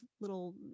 little